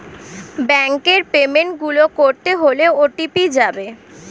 ব্যাংকের পেমেন্ট গুলো করতে হলে ও.টি.পি যাবে